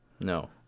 No